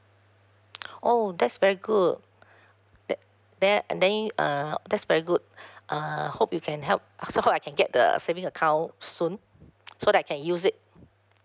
oh that's very good that then and then uh that's very good I hope you can help so help I can get the saving account soon so that I can use it